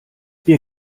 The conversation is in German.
wir